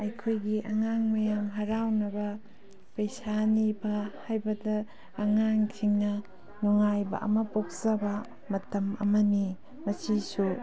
ꯑꯩꯈꯣꯏꯒꯤ ꯑꯉꯥꯡ ꯃꯌꯥꯝ ꯍꯔꯥꯎꯅꯕ ꯄꯩꯁꯥ ꯅꯤꯕ ꯍꯥꯏꯕꯗ ꯑꯉꯥꯡꯁꯤꯡꯅ ꯅꯨꯡꯉꯥꯏꯕ ꯑꯃ ꯄꯣꯛꯆꯕ ꯃꯇꯝ ꯑꯃꯅꯤ ꯃꯁꯤꯁꯨ